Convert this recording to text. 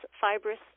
fibrous